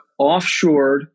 offshored